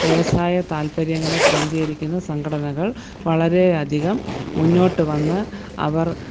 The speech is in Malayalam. വ്യവസായ താൽപ്പര്യങ്ങളെ പ്രതിനിധീകരിക്കുന്ന സംഘടനകൾ വളരെയധികം മുന്നോട്ടുവന്ന് അവർ